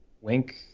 Wink